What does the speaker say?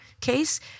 case